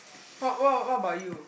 what what what about you